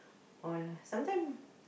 or sometime